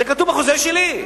זה כתוב בחוזה שלי?